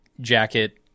jacket